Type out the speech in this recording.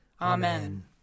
Amen